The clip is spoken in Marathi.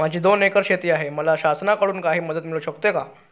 माझी दोन एकर शेती आहे, मला शासनाकडून काही मदत मिळू शकते का?